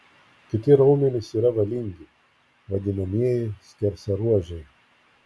kiti raumenys yra valingi vadinamieji skersaruožiai